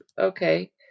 okay